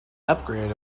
upgrade